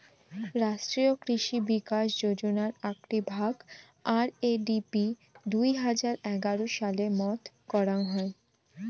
রাষ্ট্রীয় কৃষি বিকাশ যোজনার আকটি ভাগ, আর.এ.ডি.পি দুই হাজার এগার সালে মত করং হই